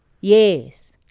Yes